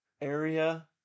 area